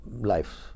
life